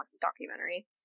documentary